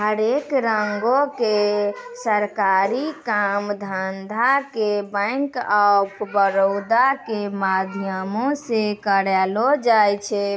हरेक रंगो के सरकारी काम धंधा के बैंक आफ बड़ौदा के माध्यमो से करलो जाय छै